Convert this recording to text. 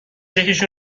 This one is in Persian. یکیشون